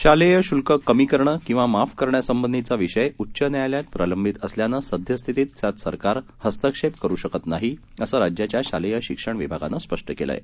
शालेयशुल्ककमीकरणंकिंवामाफकरण्यासंबंधिचाविषयउच्चन्यायालयातप्रलंबितअसल्यानं सद्यस्थितीतत्यातसरकारहस्तक्षेपकरूशकतनाहीअसं राज्याच्याशालेयशिक्षणविभागानंस्पष्टकेलंआहे